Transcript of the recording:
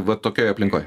vat tokioj aplinkoj